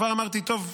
כבר אמרתי: טוב,